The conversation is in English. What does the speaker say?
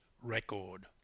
record